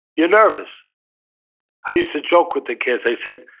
you're nervous i used to joke with the kids. i said,